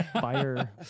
fire